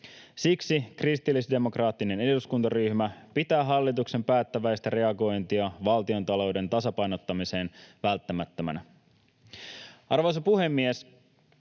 Siksi kristillisdemokraattinen eduskuntaryhmä pitää hallituksen päättäväistä reagointia valtiontalouden tasapainottamiseen välttämättömänä. Arvoisa puhemies!